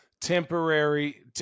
temporary